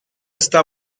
está